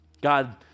God